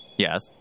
Yes